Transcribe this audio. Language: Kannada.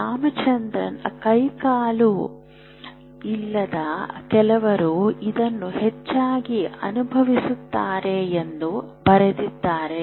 ರಾಮಚಂದಮ್ ಕೈಕಾಲು ಇಲ್ಲದ ಕೆಲವರು ಇದನ್ನು ಹೆಚ್ಚಾಗಿ ಅನುಭವಿಸುತ್ತಾರೆ ಎಂದು ಬರೆಯುತ್ತಾರೆ